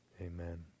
Amen